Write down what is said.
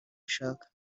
bishaka